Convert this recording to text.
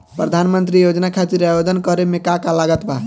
प्रधानमंत्री योजना खातिर आवेदन करे मे का का लागत बा?